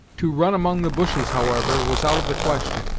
to run among the bushes, however, was out of the question,